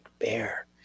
bear